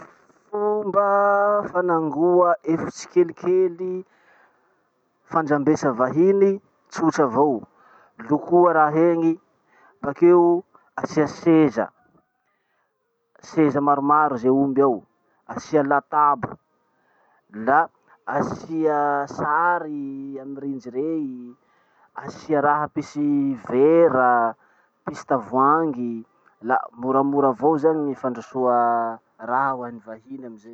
Fomba fanaingoa efitsy kelikely fandrambesa vahiny, tsotra avao. Lokoa raha iny, bakeo asia seza, seza maromaro ze omby ao, asia latabo, la asia sary amy rindry rey, asia raha pisy vera, pisy tavoangy, la moramora avao zany gny fandrosoa raha hoan'ny vahiny amizay.